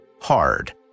Hard